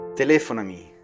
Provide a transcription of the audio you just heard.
telefonami